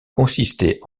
consistait